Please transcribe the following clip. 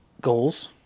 goals